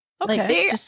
Okay